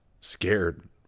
scared